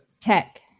Tech